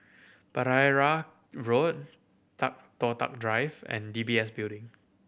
Pereira Road Toh Tuck Drive and D B S Building